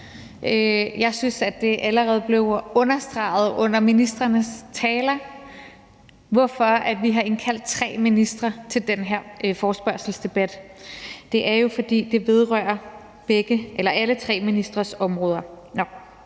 Jeg synes allerede, det blev understreget under ministrenes taler, hvorfor vi har indkaldt tre ministre til den her forespørgselsdebat, og det er jo, fordi det vedrører alle tre ministres områder.